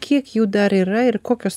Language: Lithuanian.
kiek jų dar yra ir kokios